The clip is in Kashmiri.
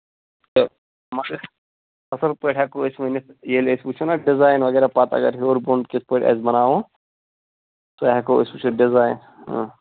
تہٕ مۄخصر مۄخصر پٲٹھۍ ہیٚکَو أسۍ ؤنِتھ ییٚلہِ أسۍ وُچھو نا ڈِزایِن وغیرہ پَتہٕ اَگر ہیٚور بوٚن تہِ کتھ پٲٹھۍ آسہِ بَناوُن سُہ ہیٚکَو أسۍ وُچھِتھ ڈِزایِن آ